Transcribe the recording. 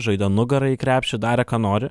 žaidė nugara į krepšį darė ką nori